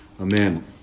Amen